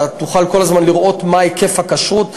אתה תוכל כל הזמן לראות מה היקף הכשרות,